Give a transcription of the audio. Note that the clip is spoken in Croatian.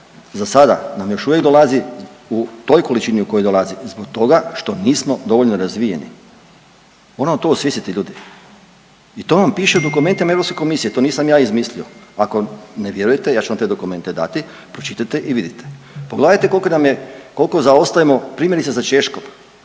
za sada nam još uvijek dolazi u toj količini u kojoj dolazi i zbog toga što nismo dovoljno razvijeni. Moramo to osvijestiti ljudi i to vam piše u dokumentima Europske komisije, to nisam ja izmislio. Ako ne vjerujete ja ću vam te dokumente dati, pročitajte i vidite. Pogledajte koliko nam je, koliko zaostajemo primjerice za Češkom,